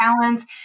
balance